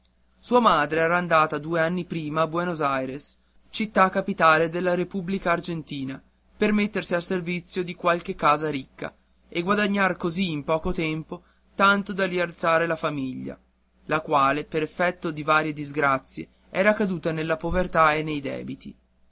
sua madre era andata due anni prima a buenos aires città capitale della repubblica argentina per mettersi al servizio di qualche casa ricca e guadagnar così in poco tempo tanto da rialzare la famiglia la quale per effetto di varie disgrazie era caduta nella povertà e nei debiti